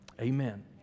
Amen